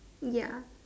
ya